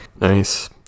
nice